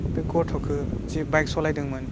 बे गथ'खौ जे बाइक सलायदोंमोन